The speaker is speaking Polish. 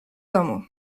domu